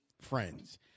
friends